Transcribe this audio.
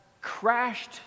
crashed